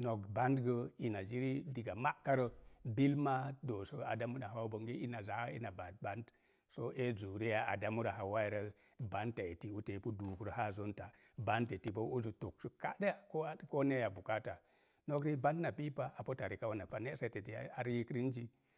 nok bant gə ina jiri diga ma'karə, bil maa doosə adamu na hauwau bonge ina zaa ina baa bant, so ee adamu na hauwau rəi, bant a eti uti epu duuk rə haa, bant a eti boo uti tog koneeya. Nok riik bant na piipa reka unapa. Ne'sata eti a riik rin zi.